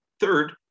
third